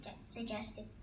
suggested